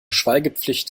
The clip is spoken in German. schweigepflicht